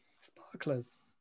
sparklers